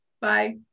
Bye